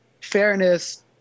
fairness